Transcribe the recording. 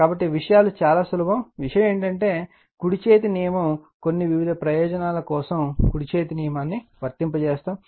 కాబట్టి విషయాలు చాలా సులభం విషయం ఏమిటంటే కుడి చేతి నియమం కొన్ని వివిధ ప్రయోజనాల కోసం కుడి చేతి నియమం వర్తింపజేస్తాము